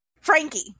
Frankie